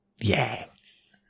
Yes